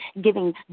giving